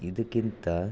ಇದಕ್ಕಿಂತ